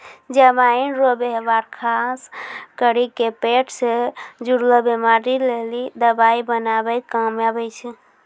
जमाइन रो वेवहार खास करी के पेट से जुड़लो बीमारी लेली दवाइ बनाबै काम मे आबै छै